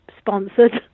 sponsored